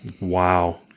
Wow